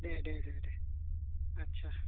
दे दे दे आटसा